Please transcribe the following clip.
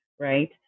right